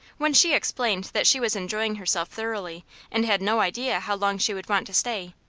when she explained that she was enjoying herself thoroughly and had no idea how long she would want to stay,